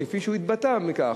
כפי שהוא התבטא על כך,